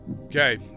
Okay